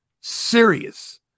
serious